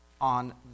on